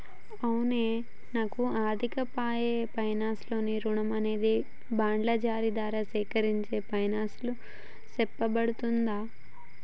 అవునే నాకు అర్ధంకాక పాయె పైనాన్స్ లో రుణం అనేది బాండ్ల జారీ దారా సేకరించిన పైసలుగా సెప్పబడుతుందా